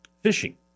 fishing